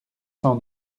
cent